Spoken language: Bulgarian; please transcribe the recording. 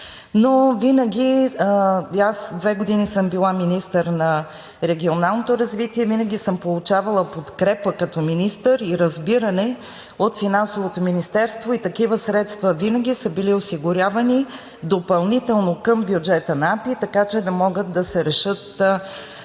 ремонти. Аз две години съм била министър на регионалното развитие, винаги съм получавала подкрепа като министър и разбиране от Финансовото министерство и такива средства винаги са били осигурявани допълнително към бюджета на АПИ, така че да могат да се решат